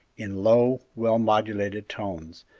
in low, well-modulated tones,